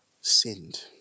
sinned